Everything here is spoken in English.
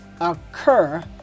Occur